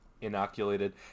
inoculated